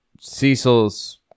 Cecil's